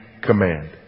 command